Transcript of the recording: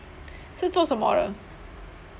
是做什么的